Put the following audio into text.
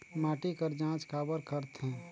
माटी कर जांच काबर करथे?